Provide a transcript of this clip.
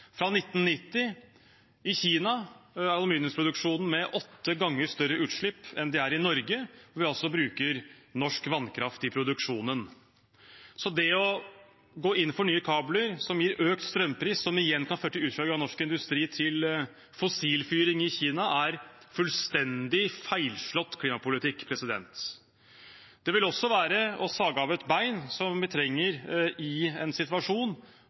åtte ganger større utslipp enn i Norge, hvor vi bruker norsk vannkraft i produksjonen. Så det å gå inn for nye kabler, som gir økt strømpris, som igjen kan føre til utflagging av norsk industri til fossilfyring i Kina, er fullstendig feilslått klimapolitikk. Det vil også være å sage av et ben som vi trenger i en situasjon